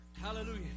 Hallelujah